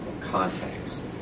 context